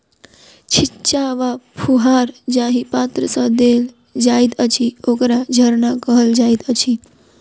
छिच्चा वा फुहार जाहि पात्र सँ देल जाइत अछि, ओकरा झरना कहल जाइत अछि